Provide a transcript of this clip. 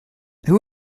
who